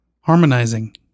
Harmonizing